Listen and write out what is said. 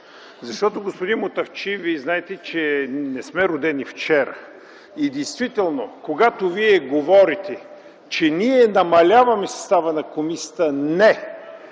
Защото, господин Мутафчиев, Вие знаете, че не сме родени вчера. И действително, когато говорите, че ние намаляваме състава на комисията – не,